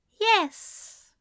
Yes